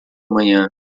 manhã